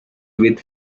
with